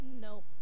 Nope